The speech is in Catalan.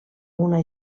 una